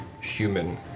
human